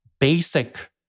basic